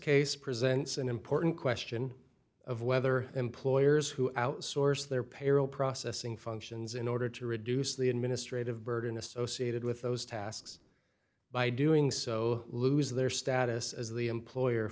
case presents an important question of whether employers who outsource their payroll processing functions in order to reduce the administrative burden associated with those tasks by doing so lose their status as the employer